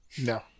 No